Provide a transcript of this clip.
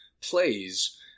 plays